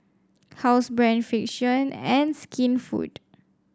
Housebrand Frixion and Skinfood